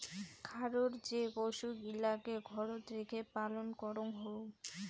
খারর যে পশুগিলাকে ঘরত রেখে পালন করঙ হউ